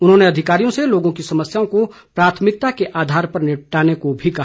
उन्होंने अधिकारियों से लोगों की समस्याओं को प्राथमिकता के आधार पर निपटाने को भी कहा